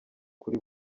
kuri